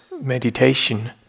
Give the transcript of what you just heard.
meditation